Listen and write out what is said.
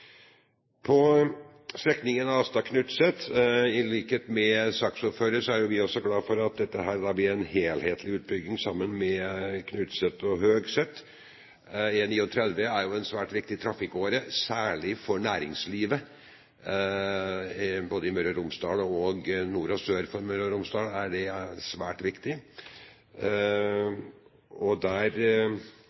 også. Strekningen Astad–Knutset: I likhet med saksordføreren er vi også glad for at dette blir en helhetlig utbygging – sammen med Knutset og Høgset. E39 er jo en svært viktig trafikkåre, særlig for næringslivet. Både i Møre og Romsdal og nord og sør for Møre og Romsdal er den svært viktig. Der